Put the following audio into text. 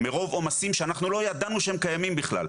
מרוב עומסים שאנחנו לא ידענו שהם קיימים בכלל.